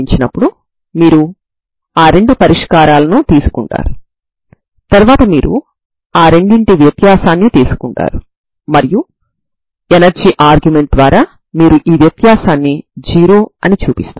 ఇప్పుడు మీరు ఇటువంటి పరిష్కారాలన్నింటిన్నీ తీసుకుంటారు మరియు మీరు వాటి యొక్క పరిమిత కలయికను తీసుకొని వాటిని కూడతారు